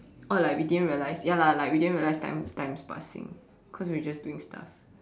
or like we didn't realize ya lah like we didn't realize time time is passing cause we were just doing stuff